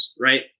right